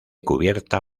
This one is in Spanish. cubierta